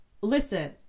listen